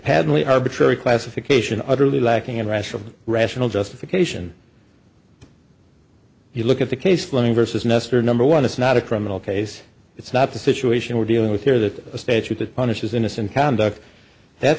patently arbitrary classification utterly lacking in rational rational justification you look at the case flowing versus nestor number one it's not a criminal case it's not the situation we're dealing with here that a statute that punishes innocent conduct that